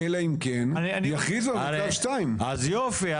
אלא אם כן יכריזו על מצב 2. יופי.